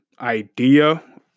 idea